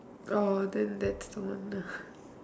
oh then that's the one ah